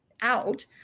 out